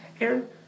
Aaron